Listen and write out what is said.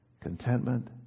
contentment